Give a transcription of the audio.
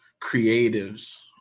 creatives